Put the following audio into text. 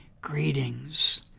Greetings